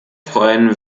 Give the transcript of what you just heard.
freuen